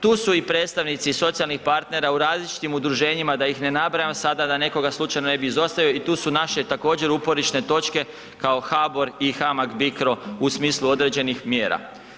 Tu su i predstavnici socijalnih partnera u različitim udruženjima da ih ne nabrajam sada da nekoga ne bi slučajno izostavio i tu su naše također uporišne točke kao HABOR i HAMAG BICRO u smislu određenih mjera.